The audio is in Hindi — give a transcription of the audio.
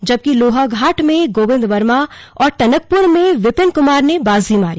जबकि लोहाघाट में गोविन्द वर्मा और टनकपुर में विपिन कुमार ने बाजी मारी